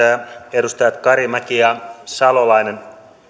edustajat karimäki ja salolainen